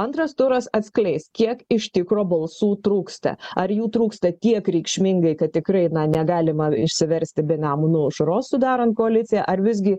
antras turas atskleis kiek iš tikro balsų trūksta ar jų trūksta tiek reikšmingai kad tikrai negalima išsiversti be nemuno aušros sudarant koaliciją ar visgi